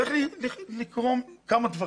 צריכים לקרות כמה דברים.